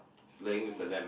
playing with the lamb